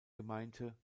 gemeinte